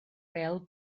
bêl